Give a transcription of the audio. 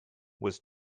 was